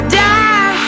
die